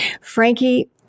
Frankie